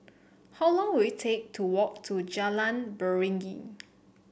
how long will it take to walk to Jalan Beringin